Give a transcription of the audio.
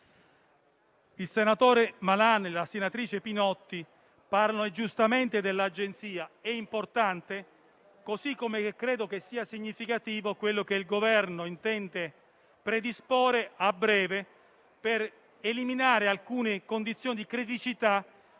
Il senatore Malan e la senatrice Pinotti parlano giustamente dell'Agenzia per la cybersicurezza, che è importante. Credo anche che sia significativo quello che il Governo intende predisporre a breve per eliminare alcune condizioni di criticità